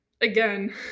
again